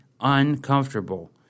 uncomfortable